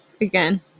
again